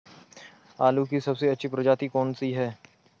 आलू की सबसे अच्छी प्रजाति कौन सी है?